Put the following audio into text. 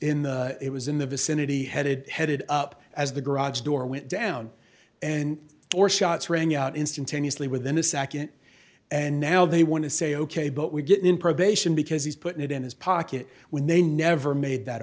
in the it was in the vicinity headed headed up as the garage door went down and or shots rang out instantaneously within a nd and now they want to say ok but we get in probation because he's put it in his pocket when they never made that